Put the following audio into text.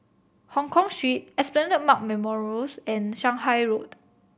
Hongkong Esplanade Park Memorials and Shanghai Road